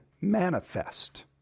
manifest